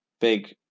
big